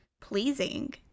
pleasing